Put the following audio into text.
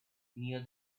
near